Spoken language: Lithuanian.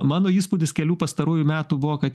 mano įspūdis kelių pastarųjų metų buvo kad